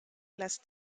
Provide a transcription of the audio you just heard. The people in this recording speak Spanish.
las